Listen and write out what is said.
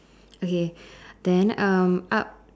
okay then um up